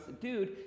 dude